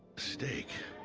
steak.